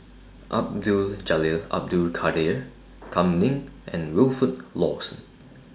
Abdul Jalil Abdul Kadir Kam Ning and Wilfed Lawson